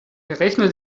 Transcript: berechne